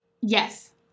yes